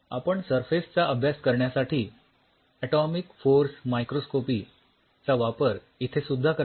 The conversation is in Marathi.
आपण सरफेस चा अभ्यास करण्यासाठी ऍटोमिक फोर्स मायक्रोस्कोपी चा वापर इथेसुद्धा करणार